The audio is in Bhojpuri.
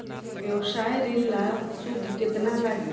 व्यवसाय ऋण ला सूद केतना लागी?